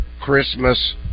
Christmas